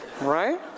right